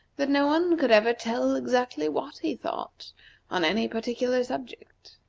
that no one could ever tell exactly what he thought on any particular subject.